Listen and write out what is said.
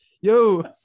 yo